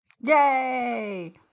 Yay